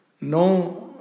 no